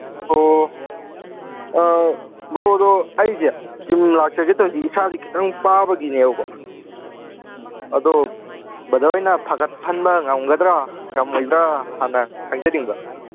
ꯑꯣ ꯕ꯭ꯔꯣ ꯑꯗꯣ ꯑꯩꯁꯦ ꯖꯤꯝ ꯂꯥꯛꯆꯒꯦ ꯇꯧꯔꯤꯁꯦ ꯏꯁꯥꯁꯦ ꯈꯖꯤꯛꯇꯪ ꯄꯥꯕꯒꯤꯅꯦꯕꯀꯣ ꯑꯗꯣ ꯕ꯭ꯔꯗꯔ ꯍꯣꯏꯅ ꯐꯒꯠꯍꯟꯕ ꯉꯝꯒꯗ꯭ꯔꯥ ꯉꯝꯃꯣꯏꯗ꯭ꯔꯥ ꯍꯥꯟꯅ ꯈꯪꯖꯅꯤꯡꯕ